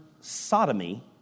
sodomy